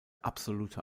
absolute